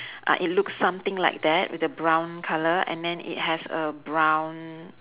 uh it looks something like that with a brown colour and then it has a brown